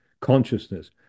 consciousness